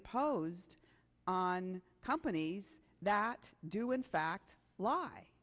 opposed on companies that do in fact lie